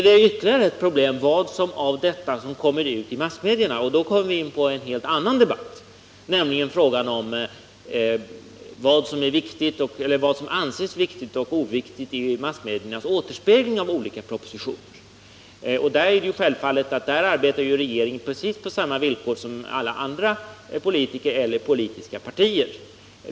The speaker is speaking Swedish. Ett ytterligare problem är vad av allt detta som kommer ut i massmedierna. Då kommer vi in på en helt annan debatt, nämligen frågan om vad som anses viktigt eller oviktigt i massmedias återspegling av olika propositioner. Där arbetar självfallet regeringen på precis samma villkor som alla andra politiker eller politiska partier.